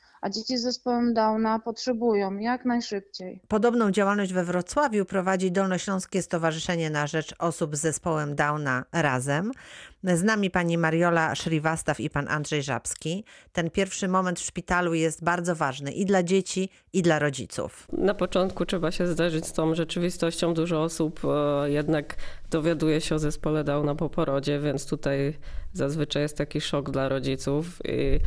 A dzieci z zespołem Downa potrzebują jak najszybciej. Podobną działalność we Wrocławiu prowadzi Dolnośląskie Stowarzyszenie na Rzecz Osób z Zespołem Downa Razem. Z nami pani Mariola Szriwastaw i pan Andrzej Żabski. Ten pierwszy moment w szpitalu jest bardzo ważny i dla dzieci, i dla rodziców. Na początku trzeba się zderzyć z tą rzeczywistością. Dużo osób, e, jednak dowiaduje się o zespole Downa po porodzie, więc tutaj zazwyczaj jest taki szok dla rodziców i-